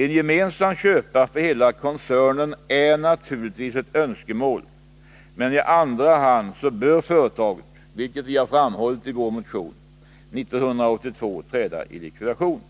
En gemensam köpare för hela koncernen är naturligtvis ett önskemål, men i andra hand bör företaget — vilket vi har framhållit i vår motion — under 1982 träda i likvidation.